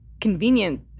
convenient